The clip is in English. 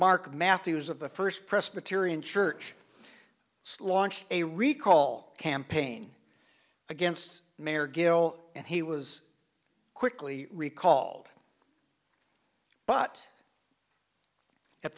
mark matthews of the first presbyterian church launched a recall campaign against mayor gill and he was quickly recall but at